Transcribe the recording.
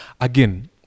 Again